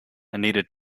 needed